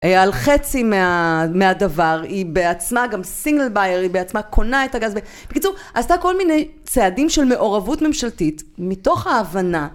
על חצי מהדבר, היא בעצמה גם סינגל בייר, היא בעצמה קונה את הגז, בקיצור, עשתה כל מיני צעדים של מעורבות ממשלתית מתוך ההבנה